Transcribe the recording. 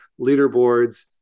leaderboards